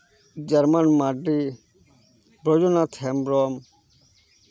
Jarman Mardi Brajanath Hembrom